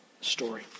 story